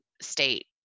state